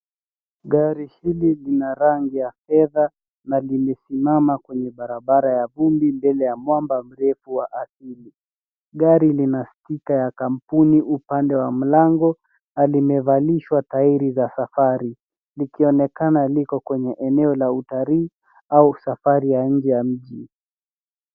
Gari hili lina rangi ya fedha na limesimama kwenye barabara ya vumbi mbele ya mwamba mrefu wa ardhini. Gari lina stika ya kampuni upande wa mlango na limevalishwa tairi za safari likionekana liko kwenye eneo la utalii au safari ya nje ya mji.